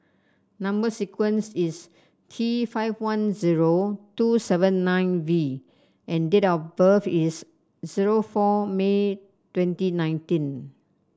number sequence is T five one zero two seven nine V and date of birth is zero four May twenty nineteen